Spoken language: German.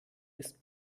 ist